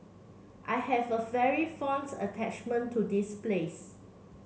I have a very fond attachment to this place